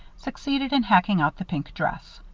succeeded in hacking out the pink dress.